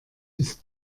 ist